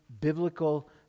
biblical